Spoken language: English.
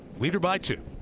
leader by two.